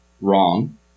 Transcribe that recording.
wrong